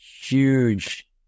huge